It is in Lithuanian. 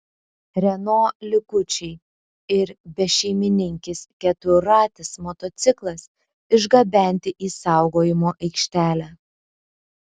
renault likučiai ir bešeimininkis keturratis motociklas išgabenti į saugojimo aikštelę